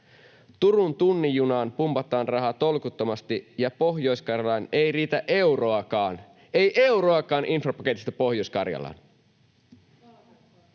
Turun tunnin junaan pumpataan rahaa tolkuttomasti ja Pohjois-Karjalaan ei riitä euroakaan, ei euroakaan infrapaketista Pohjois-Karjalaan